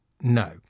no